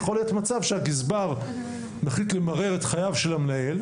יכול להיות מצב שבו גזבר החליט למרר את חייו של המנהל,